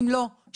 אם לא שנים,